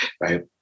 right